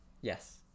Yes